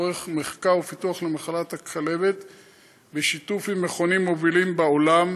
עורך מחקר ופיתוח למחלת הכלבת בשיתוף עם מכונים מובילים בעולם,